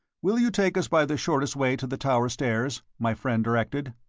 will you take us by the shortest way to the tower stairs? my friend directed.